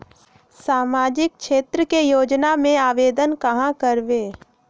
सामाजिक क्षेत्र के योजना में आवेदन कहाँ करवे?